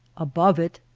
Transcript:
above it,